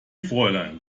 fräulein